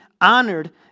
honored